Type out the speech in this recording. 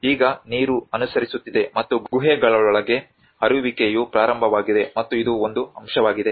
ಈಗ ನೀರು ಅನುಸರಿಸುತ್ತಿದೆ ಮತ್ತು ಗುಹೆಗಳೊಳಗೆ ಹರಿಯುವಿಕೆಯು ಪ್ರಾರಂಭವಾಗಿದೆ ಮತ್ತು ಇದು ಒಂದು ಅಂಶವಾಗಿದೆ